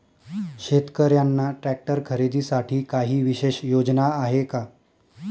शेतकऱ्यांना ट्रॅक्टर खरीदीसाठी काही विशेष योजना आहे का?